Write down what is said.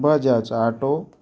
Bajaj auto